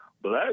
black